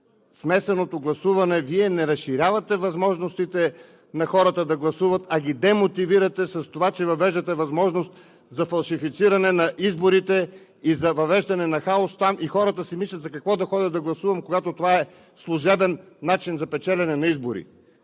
смесеното гласуване, Вие не разширявате възможностите на хората да гласуват, а ги демотивирате с това, че въвеждате възможност за фалшифициране на изборите и за въвеждане на хаос. Хората си мислят: „За какво да ходя да гласувам, когато това е служебен начин за печелене на избори?“